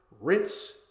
rinse